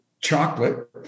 chocolate